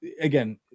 again